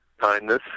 kindness